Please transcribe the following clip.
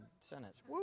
sentence